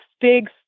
big